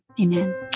Amen